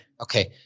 Okay